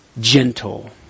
gentle